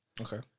Okay